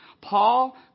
Paul